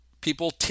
people